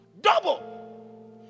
Double